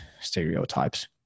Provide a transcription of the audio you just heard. stereotypes